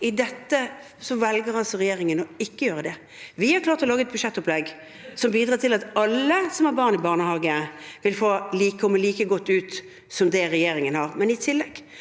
I dette velger altså regjeringen å ikke gjøre det. Vi har klart å lage et budsjettopplegg som bidrar til at alle som har barn i barnehage, vil komme like godt ut som i det regjeringen har.